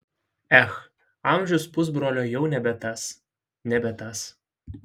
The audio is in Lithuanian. ech amžius pusbrolio jau nebe tas nebe tas